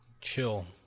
chill